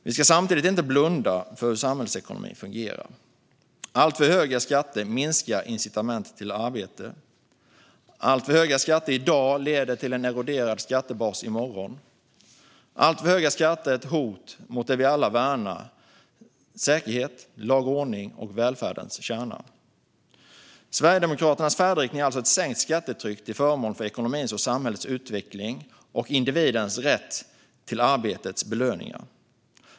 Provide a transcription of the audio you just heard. Vi ska samtidigt inte blunda för hur samhällsekonomin fungerar. Alltför höga skatter minskar incitamenten till arbete. Alltför höga skatter i dag leder till en eroderad skattebas i morgon. Alltför höga skatter är ett hot mot det som vi alla värnar - säkerhet, lag och ordning samt välfärdens kärna. Sverigedemokraternas färdriktning är alltså ett sänkt skattetryck till förmån för ekonomins och samhällets utveckling och individens rätt till det egna arbetets belöningar.